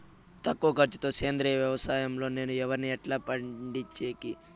తక్కువ ఖర్చు తో సేంద్రియ వ్యవసాయం లో నేను వరిని ఎట్లా పండించేకి?